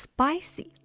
Spicy